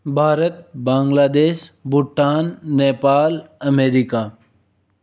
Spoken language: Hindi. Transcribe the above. भारत बांग्लादेश भूटान नेपाल अमेरिका